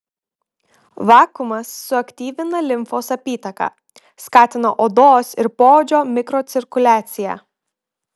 vakuumas suaktyvina limfos apytaką skatina odos ir poodžio mikrocirkuliaciją